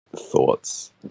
thoughts